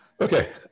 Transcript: Okay